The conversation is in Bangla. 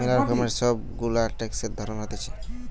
ম্যালা রকমের সব গুলা ট্যাক্সের ধরণ হতিছে